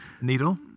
Needle